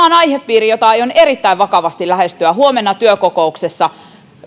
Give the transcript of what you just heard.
on aihepiiristä jota aion erittäin vakavasti lähestyä huomenna työkokouksessa